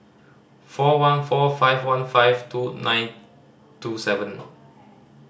four one four five one five two nine two seven